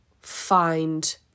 find